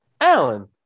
Alan